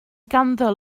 ganddo